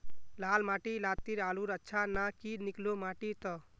लाल माटी लात्तिर आलूर अच्छा ना की निकलो माटी त?